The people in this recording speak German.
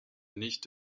nicht